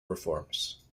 reforms